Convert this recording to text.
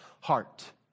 heart